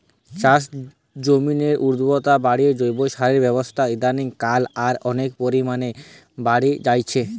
চাষজমিনের উর্বরতা বাড়িতে জৈব সারের ব্যাবহার ইদানিং কাল রে অনেক পরিমাণে বাড়ি জাইচে